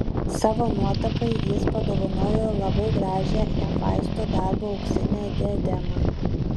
savo nuotakai jis padovanojo labai gražią hefaisto darbo auksinę diademą